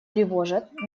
тревожат